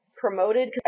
promoted